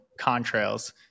contrails